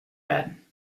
werden